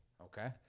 Okay